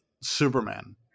Superman